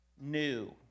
new